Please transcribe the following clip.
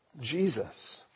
Jesus